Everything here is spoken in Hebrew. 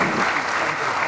(מחיאות כפיים)